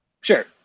Sure